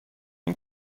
این